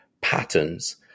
patterns